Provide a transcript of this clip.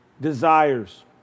desires